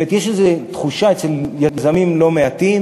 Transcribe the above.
יש איזו תחושה אצל יזמים לא מעטים